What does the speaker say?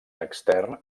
extern